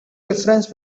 difference